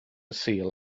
sul